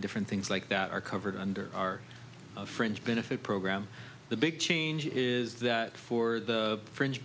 different things like that are covered under our fringe benefit program the big change is that for the fringe